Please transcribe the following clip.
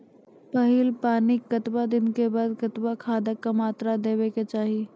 पहिल पानिक कतबा दिनऽक बाद कतबा खादक मात्रा देबाक चाही?